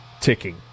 ticking